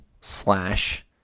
slash